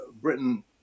Britain